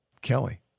Kelly